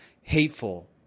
hateful